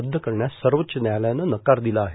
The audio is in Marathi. रद्द करण्यास सर्वोच्च न्यायालयानं नकार दिला आहे